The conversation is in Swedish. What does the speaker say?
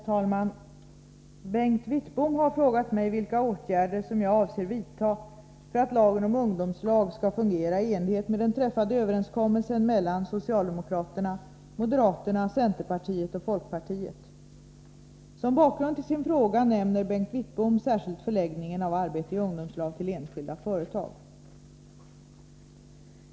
Herr talman! Bengt Wittbom har frågat mig vilka åtgärder som jag avser vidta för att lagen om ungdomslag skall fungera i enlighet med den träffade överenskommelsen mellan socialdemokraterna, moderaterna, centerpartiet och folkpartiet. Som bakgrund till sin fråga nämner Bengt Wittbom särskilt förläggningen av arbete i ungdomslag till enskilda företag.